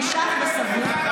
היה בשלטון,